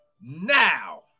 now